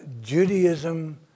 Judaism